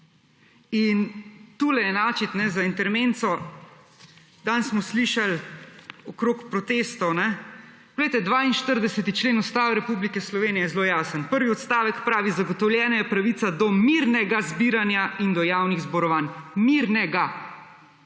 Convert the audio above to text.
In tule enačiti, za intermenco, danes smo slišali okrog protestov. Glejte, 42. člen Ustave Republike Slovenije je zelo jasen. Prvi odstavek pravi, zagotovljena je pravica do mirnega zbiranja in do javnih zborovanj. Mirnega.